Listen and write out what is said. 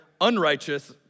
unrighteous